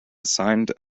signed